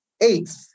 eighth